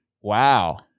Wow